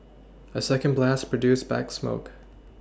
a second blast produced black smoke